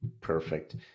Perfect